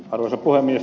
arvoisa puhemies